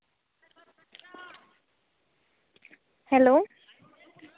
hello